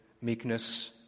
meekness